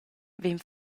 vegn